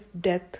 death